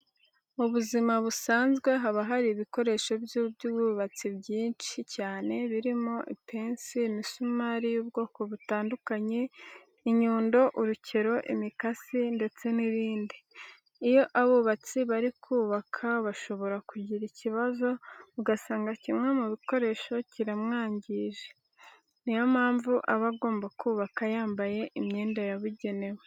Mu buzima busanzwe haba hari ibikoresho by'ubwubatsi byinshi cyane birimo ipensi, imisumari y'ubwoko butandukanye, inyundo, urukero, imikasi ndetse n'ibindi. Iyo abubatsi bari kubaka bashobora kugira ikibazo ugasanga kimwe mu bikoresho kiramwangije, ni yo mpamvu aba agomba kubaka yambaye imyenda yabugenewe.